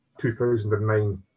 2009